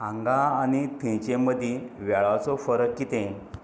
हांंगा आनी थंयचेमदीं वेळाचो फरक कितें